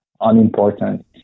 unimportant